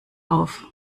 auf